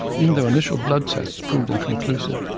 even though initial blood tests proved inconclusive.